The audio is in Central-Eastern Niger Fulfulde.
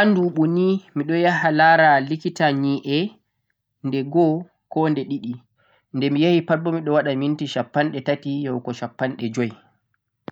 Haa nɗuɓu nii miɗon yaha lara likita nye'e nde gotel koh nde ɗiɗi. Nde mi yahipat bo miɗon waɗa minti shappanɗe tati yahugo shappanɗe joi